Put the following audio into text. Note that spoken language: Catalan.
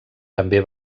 també